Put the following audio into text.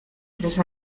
tres